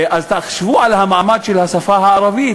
אז תחשבו על המעמד של השפה הערבית,